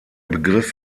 begriff